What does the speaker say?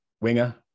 Winger